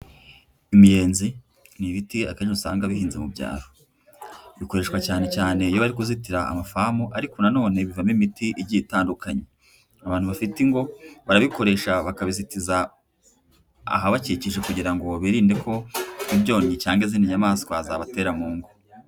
Imiyenzi ni ibiti akenshi usanga bihinze mu byaro, bikoreshwa cyane cyane iyo bari kuzitira amafamu ariko nanone bivamo imiti igiye itandukanye, abantu bafite ingo barabikoresha, bakabizitiza ahabakikije kugira ngo birinde ko ibyonnyi cyangwa izindi nyamaswa zabatera mu ngo.